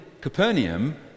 Capernaum